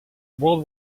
world